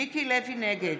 נגד